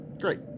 Great